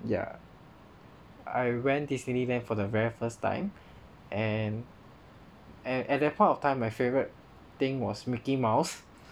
ya I went Disneyland for the very first time and and at that point of time my favourite thing was mickey mouse